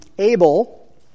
Abel